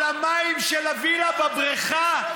על המים של הווילה בבריכה?